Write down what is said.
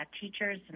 teachers